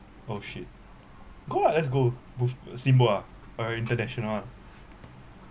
oh shit go ah let's go both steamboat ah l very international one